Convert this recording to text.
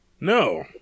No